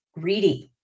greedy